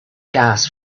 gas